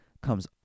comes